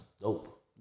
dope